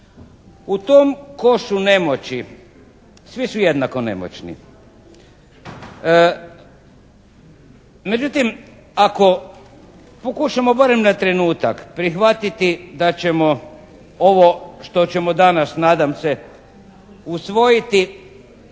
U tom košu nemoći svi su jednako nemoćni. Međutim, ako pokušamo bar na trenutak prihvatiti da ćemo ovo što ćemo danas nadam se usvojiti